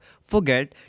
forget